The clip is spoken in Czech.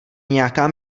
nějaká